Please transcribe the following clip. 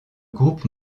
groupe